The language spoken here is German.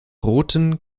roten